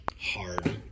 hard